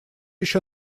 еще